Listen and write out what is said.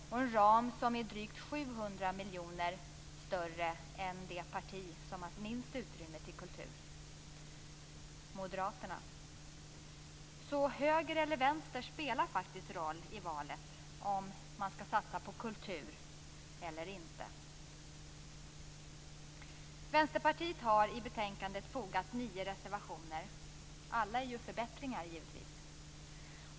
Vi har en ram som är drygt 700 miljoner större än det parti som har minst utrymme till kultur, Moderaterna, så höger eller vänster spelar faktiskt roll i valet om man skall satsa på kultur eller inte. Vänsterpartiet har till betänkandet fogat nio reservationer. Alla innebär givetvis förbättringar.